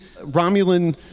Romulan